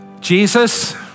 Jesus